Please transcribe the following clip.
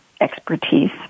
expertise